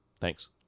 Thanks